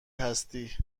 هستی